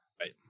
Right